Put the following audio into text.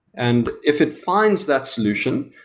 and if it finds that solution,